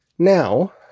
Now